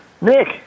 Nick